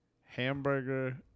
Hamburger